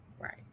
Right